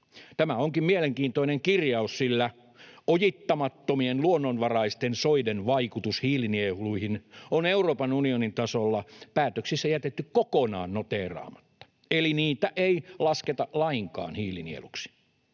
Tämä onkin mielenkiintoinen kirjaus, sillä ojittamattomien luonnonvaraisten soiden vaikutus hiilinieluihin on Euroopan unionin tasolla jätetty päätöksissä kokonaan noteeraamatta, eli niitä ei lasketa lainkaan hiilinieluiksi.